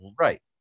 Right